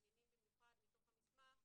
מעניינים במיוחד מתוך המסמך,